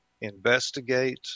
investigate